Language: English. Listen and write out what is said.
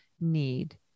need